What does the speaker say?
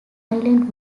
island